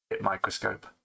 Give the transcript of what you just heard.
microscope